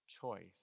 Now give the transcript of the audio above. choice